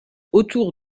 autour